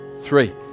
three